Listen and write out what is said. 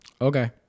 okay